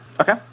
Okay